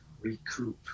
recoup